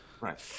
Right